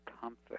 comfort